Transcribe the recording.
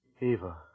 Eva